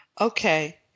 Okay